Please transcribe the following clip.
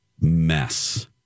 mess